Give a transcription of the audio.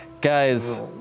Guys